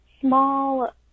small